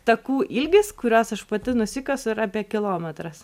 takų ilgis kuriuos aš pati nusikasu yra apie kilometras